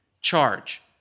charge